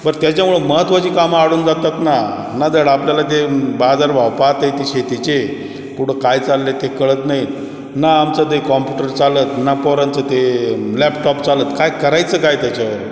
बर त्याच्यामुळं महत्त्वाची कामं अडून जातात ना ना धड आपल्याला ते बाजारभाव पाहता येतंय ते शेतीचे कुठं काय चालले आहे ते कळत नाही ना आमचं ते कॉम्प्युटर चालतं ना पोरांचं ते लॅपटॉप चालतं काय करायचं काय त्याच्यावर